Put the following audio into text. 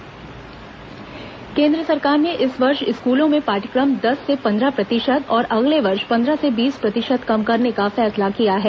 केंद्र स्कूल पाठयक्रम केंद्र सरकार ने इस वर्ष स्कूलों में पाठ्यक्रम दस से पंद्रह प्रतिशत और अगले वर्ष पंद्रह से बीस प्रतिशत कम करने का फैसला किया है